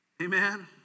Amen